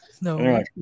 No